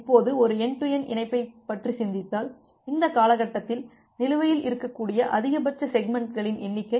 இப்போது ஒரு end to end இணைப்பைப் பற்றி சிந்தித்தால் இந்த காலகட்டத்தில் நிலுவையில் இருக்கக்கூடிய அதிகபட்ச செக்மெண்ட்களின் எண்ணிக்கை 12